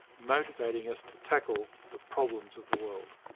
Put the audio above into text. motivating us to tackle the problems of the world.